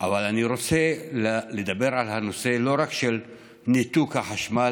אבל אני רוצה לדבר לא רק על הנושא של ניתוק החשמל,